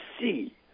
see